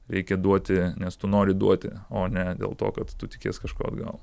reikia duoti nes tu nori duoti o ne dėl to kad tu tikies kažko atgal